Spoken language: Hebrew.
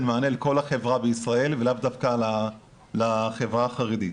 מענה לכל החברה בישראל ולאו דווקא לחברה החרדית.